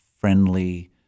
friendly